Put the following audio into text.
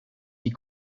die